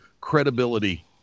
credibility